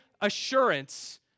assurance